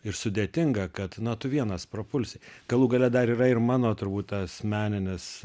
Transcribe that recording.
ir sudėtinga kad na tu vienas prapulsi galų gale dar yra ir mano turbūt asmeninis